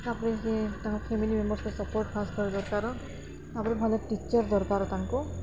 ତା'ପରେ ତାଙ୍କ ଫ୍ୟାମିଲି ମେମ୍ବରସ୍ଙ୍କ ସପୋର୍ଟ୍ ଫାଷ୍ଟ୍ ଥର ଦରକାର ତା'ପରେ ଭଲ ଟିଚର୍ ଦରକାର ତାଙ୍କୁ